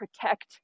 protect